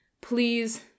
please